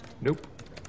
Nope